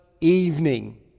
evening